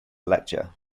lecture